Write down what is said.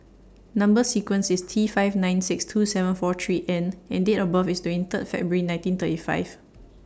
Number sequence IS T five nine six two seven four three N and Date of birth IS twenty Third February nineteen thirty five